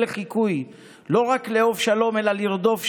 לחיקוי לא רק לאהוב שלום אלא לרדוף שלום.